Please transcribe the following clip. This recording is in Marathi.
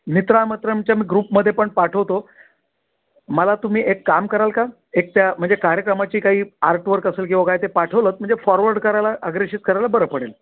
मित्रामित्रांच्या मी ग्रुपमध्ये पण पाठवतो मला तुम्ही एक काम कराल का एक त्या म्हणजे कार्यक्रमाची काही आर्टवर्क असेल किंवा काय ते पाठवलंत म्हणजे फॉरवर्ड करायला अग्रेषित करायला बरं पडेल